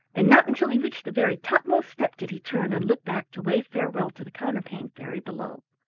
and not until he reached the very topmost step did he turn and look back to wave farewell to the counterpane fairy below.